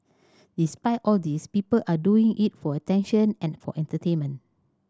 despite all these people are doing it for attention and for entertainment